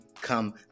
come